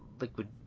liquid